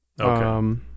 Okay